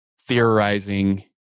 theorizing